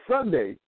Sunday